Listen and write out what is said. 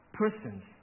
persons